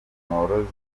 n’abaturanyi